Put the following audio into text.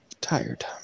Tired